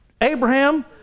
Abraham